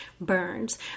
burns